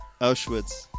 Auschwitz